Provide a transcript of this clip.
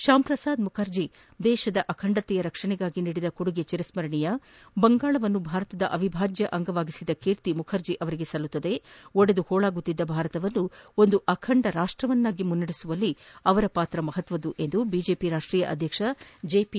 ಶ್ಕಾಮ್ ಪ್ರಸಾದ ಮುಖರ್ಜಿ ದೇಶದ ಅಖಂಡತೆಯ ರಕ್ಷಣೆಗಾಗಿ ನೀಡಿದ ಕೊಡುಗೆ ಚಿರಸ್ಪರಣೀಯ ಬಂಗಾಳವನ್ನು ಭಾರತದ ಅವಿಭಾಜ್ಯ ಅಂಗವಾಗಿಸಿದ ಕೀರ್ತಿ ಮುಖರ್ಜಿ ಅವರಿಗೆ ಸಲ್ಲುತ್ತದೆ ಒಡೆದು ಹೋಳಾಗುತ್ತಿದ್ದ ಭಾರತವನ್ನು ಒಂದು ಅಖಂಡ ರಾಷ್ಟವನ್ನಾಗಿ ಮುನ್ನಡೆಸುವಲ್ಲಿ ಅವರ ಪಾತ್ರ ಮಹತ್ವದ್ದು ಎಂದು ಬಿಜೆಪಿ ರಾಷ್ಟೀಯ ಅಧ್ಯಕ್ಷ ಜೆಪಿ